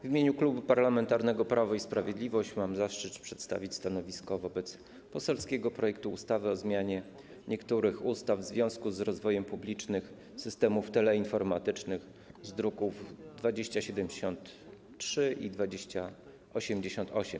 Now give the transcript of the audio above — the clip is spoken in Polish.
W imieniu Klubu Parlamentarnego Prawo i Sprawiedliwość mam zaszczyt przedstawić stanowisko wobec poselskiego projektu ustawy o zmianie niektórych ustaw w związku z rozwojem publicznych systemów teleinformatycznych, druki nr 2073 i 2088.